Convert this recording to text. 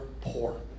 poor